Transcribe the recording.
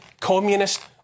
communist